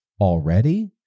already